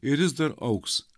ir jis dar augs